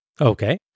Okay